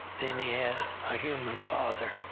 then he had a human father,